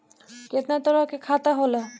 केतना तरह के खाता होला?